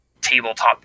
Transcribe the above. tabletop